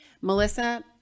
Melissa